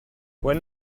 when